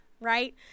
Right